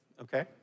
Okay